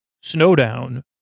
Snowdown